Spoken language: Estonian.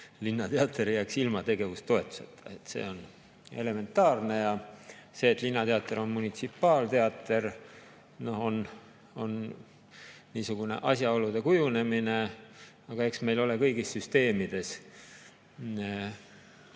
linnateater ei jääks ilma tegevustoetuseta. See on elementaarne. Ja see, et linnateater on munitsipaalteater, on niisugune asjaolude kujunemine. Aga eks meil ole kõigis süsteemides,